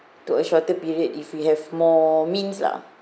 to a shorter period if we have more means lah